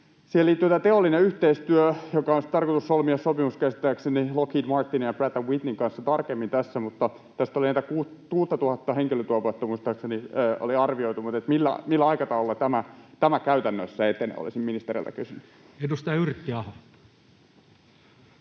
Siihen liittyy tämä teollinen yhteistyö, josta sopimus on sitten tarkoitus solmia käsittääkseni Lockheed Martinin ja Pratt & Whitneyn kanssa tarkemmin. Tässä muistaakseni 6 000:ta henkilötyövuotta oli arvioitu, mutta millä aikataululla tämä käytännössä etenee, olisin ministeriltä kysynyt. [Speech